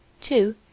two